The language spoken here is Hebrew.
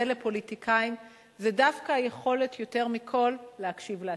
לפוליטיקאים יותר מכול היא היכולת להקשיב לעצמך.